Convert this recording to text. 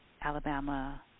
Alabama